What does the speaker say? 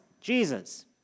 Jesus